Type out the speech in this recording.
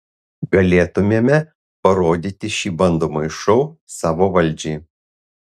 galėtumėme parodyti šį bandomąjį šou savo valdžiai